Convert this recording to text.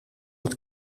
het